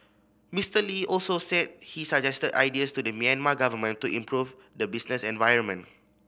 Mister Lee also said he suggested ideas to the Myanmar government to improve the business environment